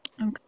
Okay